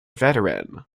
veteran